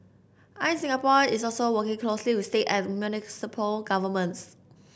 I E Singapore is also working closely with state and municipal governments